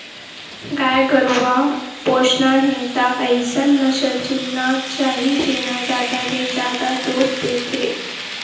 गाय गरूवा पोसना हे त अइसन नसल चुनना चाही जेन ह जादा ले जादा दूद देथे